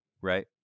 Right